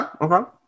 okay